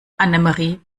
annemarie